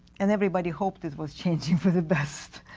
and everybody hoped it was changing for the best.